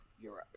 Europe